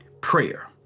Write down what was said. prayer